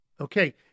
Okay